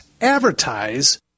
advertise